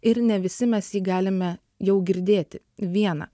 ir ne visi mes jį galime jau girdėti viena